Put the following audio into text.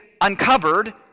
uncovered